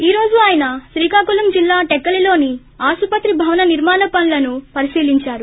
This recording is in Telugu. ఈ రోజు ఆయన శ్రీకాకుళం జిల్లా టెక్కలిలోని ఆసుపత్రి భవన నిర్మాణ పనులను పరిశీలించారు